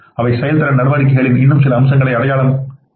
அவை செயல்திறன் நடவடிக்கைகளின் இன்னும் சில அம்சங்களை அடையாளம் காணும்ளை